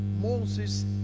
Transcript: Moses